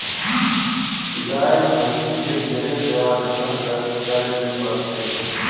गाय, भइसी के ढेरे सेवा जतन करे ले परथे